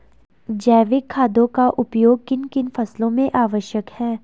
जैविक खादों का उपयोग किन किन फसलों में आवश्यक है?